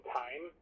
time